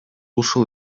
ушул